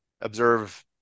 observe